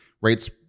Rates